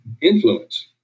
influence